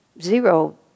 zero